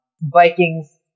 Vikings